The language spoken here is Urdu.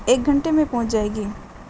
ایک گھنٹے میں پہنچ جائے گی